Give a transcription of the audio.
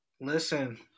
listen